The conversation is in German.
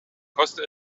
koste